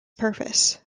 purpose